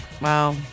Wow